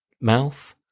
mouth